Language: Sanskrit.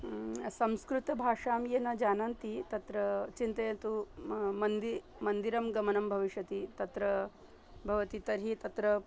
संस्कृतभाषां ये न जानन्ति तत्र चिन्तयतु म मन्दिरं मन्दिरं गमनं भविष्यति तत्र भवति तर्हि तत्र